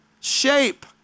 shape